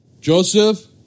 Joseph